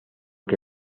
que